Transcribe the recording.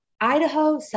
Idaho